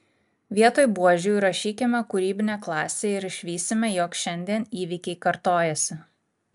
vietoj buožių įrašykime kūrybinė klasė ir išvysime jog šiandien įvykiai kartojasi